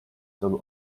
celu